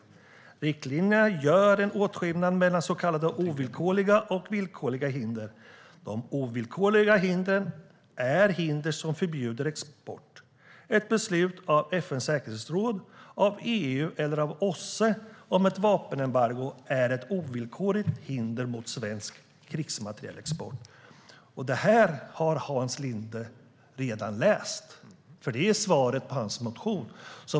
Riktlinjerna gör en åtskillnad mellan s.k. ovillkorliga och villkorliga hinder. De ovillkorliga hindren är hinder som förbjuder export. Ett beslut av FN:s säkerhetsråd, av EU eller av OSSE om ett vapenembargo är ett ovillkorligt hinder mot svensk krigsmaterielexport." Detta har Hans Linde redan läst. Det är svaret på hans motion.